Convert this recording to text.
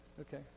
okay